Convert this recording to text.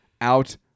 out